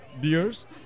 beers